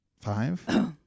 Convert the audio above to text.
five